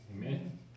Amen